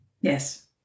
Yes